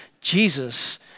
Jesus